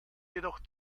jedoch